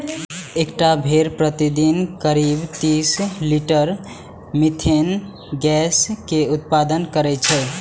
एकटा भेड़ प्रतिदिन करीब तीस लीटर मिथेन गैस के उत्पादन करै छै